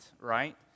right